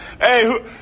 Hey